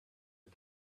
you